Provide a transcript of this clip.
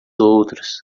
outras